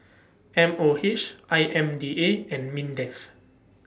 M O H I M D A and Mindef